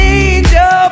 angel